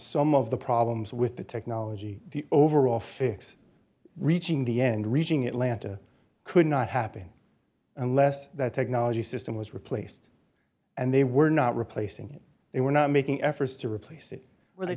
some of the problems with the technology the overall fix reaching the end reaching atlanta could not happen unless that technology system was replaced and they were not replacing it they were not making efforts to replace it